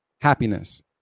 Happiness